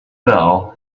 bell